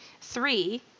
Three